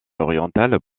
orientales